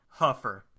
Huffer